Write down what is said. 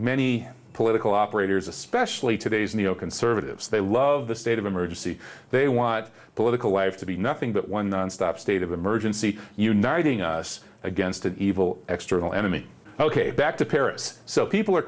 many political operators especially today's neo conservatives they love the state of emergency they want political life to be nothing but one stop state of emergency uniting us against an evil external enemy ok back to paris so people are